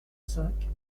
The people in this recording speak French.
cinq